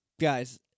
Guys